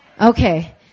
Okay